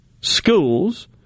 schools